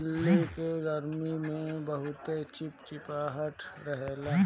दिल्ली के गरमी में बहुते चिपचिपाहट रहेला